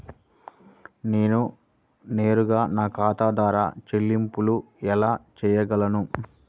నేను నేరుగా నా ఖాతా ద్వారా చెల్లింపులు ఎలా చేయగలను?